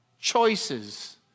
Choices